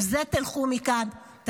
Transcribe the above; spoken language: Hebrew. עם זה תלכו מכאן.